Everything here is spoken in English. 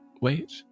wait